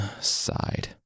sighed